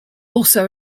also